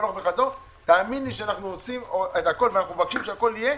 אנחנו מבקשים שהכול יהיה,